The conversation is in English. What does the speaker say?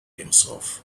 himself